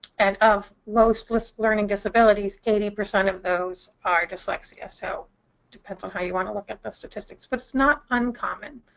and, of most learning disabilities, eighty percent of those are dyslexia. so it depends on how you want to look at the statistics. but it's not uncommon.